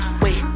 wait